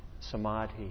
samadhi